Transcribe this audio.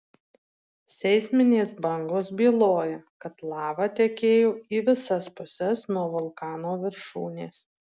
seisminės bangos byloja kad lava tekėjo į visas puses nuo vulkano viršūnės